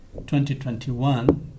2021